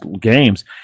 games